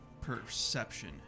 perception